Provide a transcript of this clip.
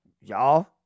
y'all